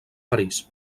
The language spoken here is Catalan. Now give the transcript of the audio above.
parís